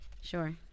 Sure